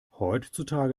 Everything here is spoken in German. heutzutage